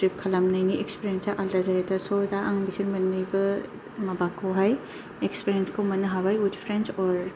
trip खालामनायनि एक्सपिरियेन्सा आल्दा जायो दा स दा आं बिसोर मोन्नैबो माबाखौहाय एक्सपिरियेन्सखौहाय मोन्नो हाबाय वुइद फ्रेन्डस अर